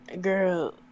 girl